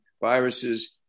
viruses